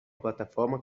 plataforma